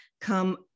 come